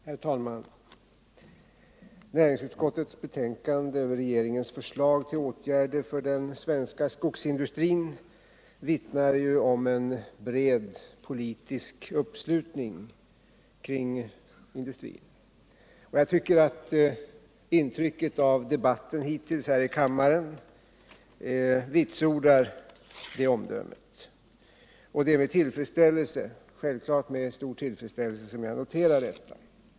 Herr talman! Näringsutskottets betänkande över regeringens förslag till åtgärder för den svenska skogsindustrin vittnar ju om en bred politisk uppslutning kring denna. Intrycket av debatten hittills här i kammaren vitsordar det omdömet. Det är självklart med stor tillfredsställelse som jag noterar detta.